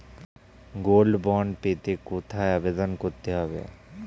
Gold bond পেতে কোথায় আবেদন করতে হবে?